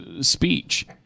speech